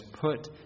put